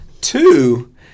two